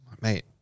mate